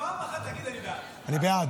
--- פעם אחת תגיד: אני בעד.